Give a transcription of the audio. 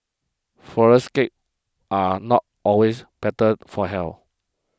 Flourless Cakes are not always better for health